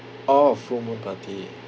oh full moon party